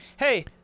Hey